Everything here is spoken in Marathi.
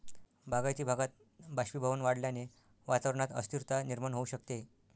बागायती भागात बाष्पीभवन वाढल्याने वातावरणात अस्थिरता निर्माण होऊ शकते